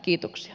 kiitoksia